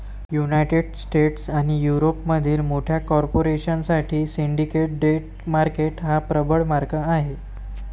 United States आणि युरोपमधील मोठ्या कॉर्पोरेशन साठी सिंडिकेट डेट मार्केट हा प्रबळ मार्ग आहे